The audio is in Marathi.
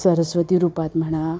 सरस्वती रूपात म्हणा